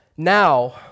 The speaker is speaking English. Now